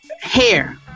hair